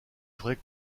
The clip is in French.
vraie